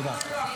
תודה.